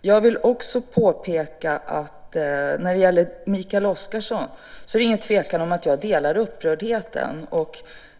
Jag vill också påpeka för Mikael Oscarsson att det inte är någon tvekan om att jag delar upprördheten.